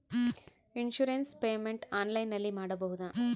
Insurance payment ಆನ್ಲೈನಿನಲ್ಲಿ ಮಾಡಬಹುದಾ?